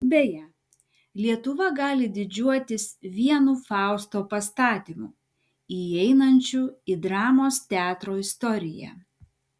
beje lietuva gali didžiuotis vienu fausto pastatymu įeinančiu į dramos teatro istoriją